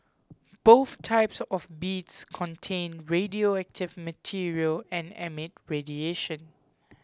both types of beads contain radioactive material and emit radiation